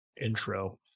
intro